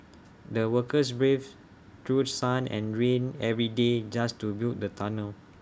the workers braved through sun and rain every day just to build the tunnel